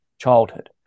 childhood